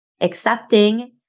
accepting